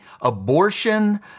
abortion